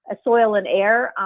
ah soil and air